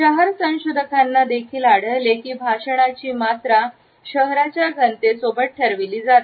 शहर संशोधकांना हे देखील आढळले की भाषणाची मात्रा शहराच्या घनते सोबत ठरविली जाते